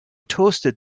toasted